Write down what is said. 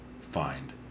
find